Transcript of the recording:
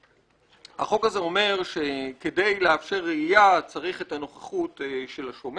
החוק הזה אומר שכדי לאפשר את הרעייה צריך את הנוכחות של השומר.